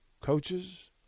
Coaches